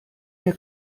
mir